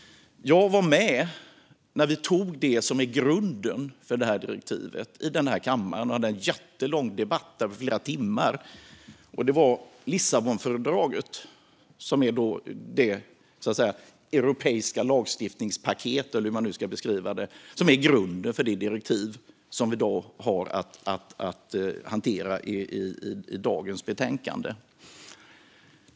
Jag var med när vi i den här kammaren fattade beslut om grunden för direktivet. Vi hade en jättelång, flera timmar lång, debatt om Lissabonfördraget, som är det europeiska lagstiftningspaket, eller hur det ska beskrivas, som är grunden för det direktiv som vi i dag ska hantera i detta betänkande.